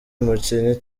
mukinnyi